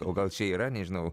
o gal čia yra nežinau